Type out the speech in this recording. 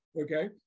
Okay